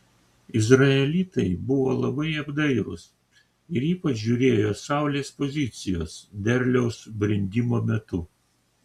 izraelitai buvo labai apdairūs ir ypač žiūrėjo saulės pozicijos derliaus brendimo metu